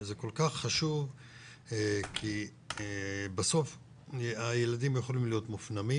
זה כל כך חשוב כי בסוף הילדים יכולים להיות מופנמים